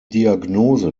diagnose